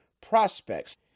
prospects